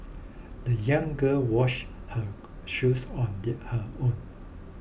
the young girl washed her shoes on the her own